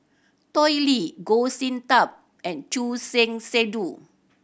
Tao Li Goh Sin Tub and Choor Singh Sidhu